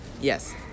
Yes